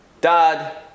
dad